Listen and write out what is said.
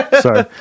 Sorry